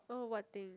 oh what thing